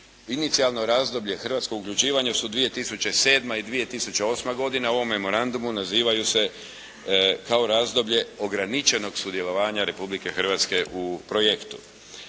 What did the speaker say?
inicijalno razdoblje hrvatskog uključivanja još su 2007. i 2008., u ovom memorandumu nazivaju se kao razdoblje ograničenog sudjelovanja Republike Hrvatske u projektu.